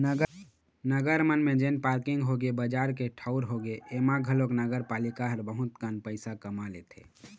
नगर मन म जेन पारकिंग होगे, बजार के ठऊर होगे, ऐमा घलोक नगरपालिका ह बहुत कन पइसा कमा लेथे